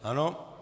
Ano.